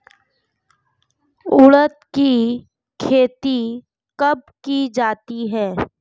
उड़द की खेती कब की जाती है?